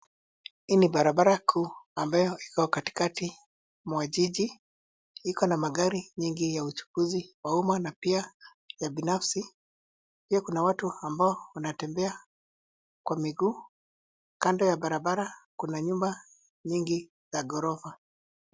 Hii ni barabara kuu ambayo iko katikati mwa jiji, ikona magari nyingi ya uchukuzi wa umma na pia ya binafsi. Pia kuna watu ambao wanatembea kwa miguu, kando ya barabara kuna nyumba nyingi za gorofa.